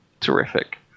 Terrific